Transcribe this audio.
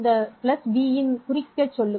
இந்த b ஐ குறிக்க சொல்லுங்கள்